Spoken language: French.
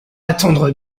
attendre